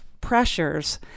pressures